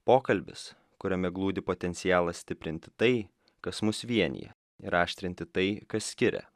pokalbis kuriame glūdi potencialas stiprinti tai kas mus vienija ir aštrinti tai kas skiria